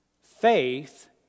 Faith